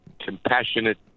compassionate